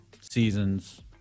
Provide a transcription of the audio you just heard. seasons